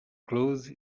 close